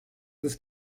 this